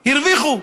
הרוויחו.